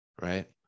right